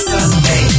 Sunday